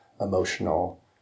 emotional